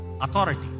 Authority